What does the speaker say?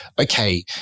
okay